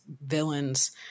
villains